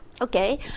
Okay